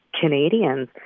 Canadians